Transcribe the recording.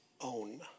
own